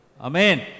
Amen